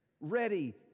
ready